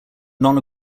non